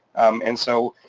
and so,